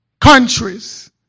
countries